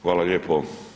Hvala lijepo.